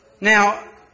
Now